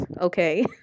okay